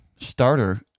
starter